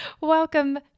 welcome